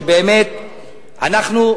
אנחנו,